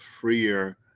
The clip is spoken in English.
freer